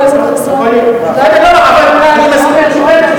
איפה היתה החלטה כזאת?